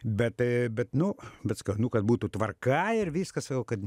bet bet nu bet sakau nu kad būtų tvarka ir viskas sakau kad